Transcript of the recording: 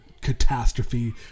catastrophe